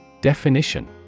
Definition